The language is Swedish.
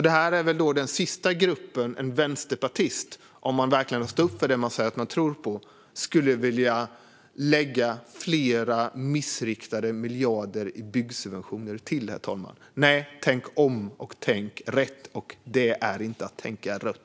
Det här är väl den sista grupp en vänsterpartist - om man verkligen står upp för det man säger att man tror på - skulle vilja lägga fler missriktade miljarder i byggsubventioner till, herr talman. Nej, tänk om och tänk rätt, i stället för att tänka rött!